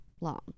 long